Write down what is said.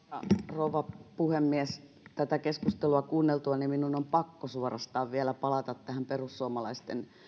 rouva puhemies tätä keskustelua kuunneltuani minun on suorastaan pakko vielä palata tähän perussuomalaisten